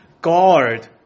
guard